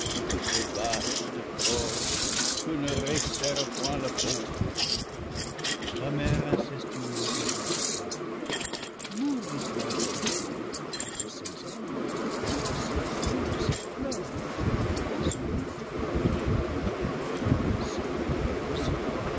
ce vaste corps que ne réserre point la peau la mère incestueuse répliqua nourris toi donc d'abord de ces herbes de ces fruits de ces fleurs ensuite de chaque bête et poisson et oiseau